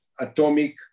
atomic